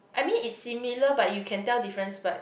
I mean it's similar but you can tell difference but